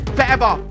Forever